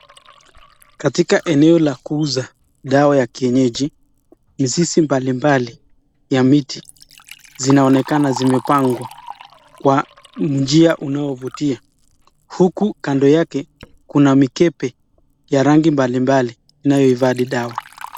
Katika eneo la kuuza dawa ya kienyeji, mizizi mbalimbali ya miti zinaonekana zimepangwa kwa njia unaovutia huku kando yake kuna mikebe ya rangi mbalimbali inayohifadhi dawa.